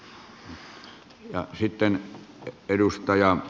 arvoisa puhemies